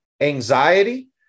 anxiety